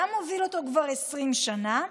גם מוביל אותו כבר 20 שנה,